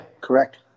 correct